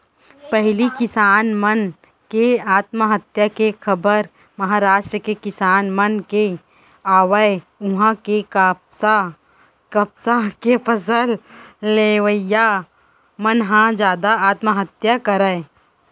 पहिली किसान मन के आत्महत्या के खबर महारास्ट के किसान मन के आवय उहां के कपसा के फसल लेवइया मन ह जादा आत्महत्या करय